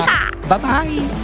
Bye-bye